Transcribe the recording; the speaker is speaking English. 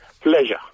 Pleasure